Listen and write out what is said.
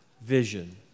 vision